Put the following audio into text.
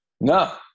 no